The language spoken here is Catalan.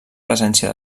presència